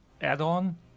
add-on